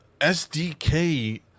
SDK